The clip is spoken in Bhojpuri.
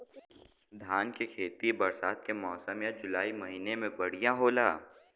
धान के खेती बरसात के मौसम या जुलाई महीना में बढ़ियां होला?